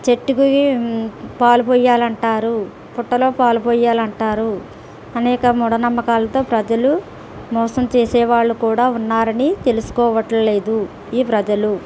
చెట్టుకి పాలు పోయాలి అంటారు పుట్టలో పాలు పోయాలి అంటారు అనేక మూఢనమ్మకాలతో ప్రజలు మోసం చేసే వాళ్ళు కూడా ఉన్నారని తెలుసుకోవట్లేదు ఈ ప్రజలు